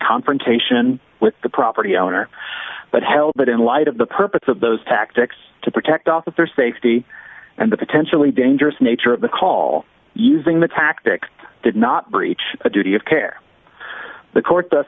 confrontation with the property owner but help but in light of the purpose of those tactics to protect officer safety and the potentially dangerous nature of the call using the tactic did not breach a duty of care the court